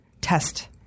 test